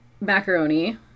macaroni